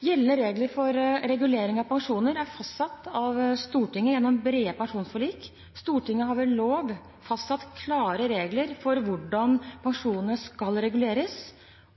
Gjeldende regler for regulering av pensjoner er fastsatt av Stortinget gjennom brede pensjonsforlik. Stortinget har ved lov fastsatt klare regler for hvordan pensjoner skal reguleres.